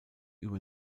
über